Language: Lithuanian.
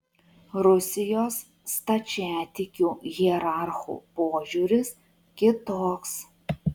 rusijos stačiatikių hierarchų požiūris kitoks